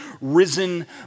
risen